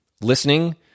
Listening